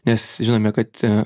nes žinome kad